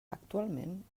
actualment